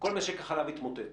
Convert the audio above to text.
כל משק החלב התמוטט.